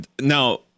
Now